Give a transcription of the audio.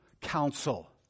counsel